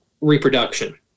reproduction